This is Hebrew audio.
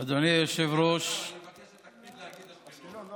אני מבקש שתקפיד להגיד: אשקלון.